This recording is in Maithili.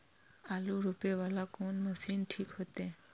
आलू रोपे वाला कोन मशीन ठीक होते?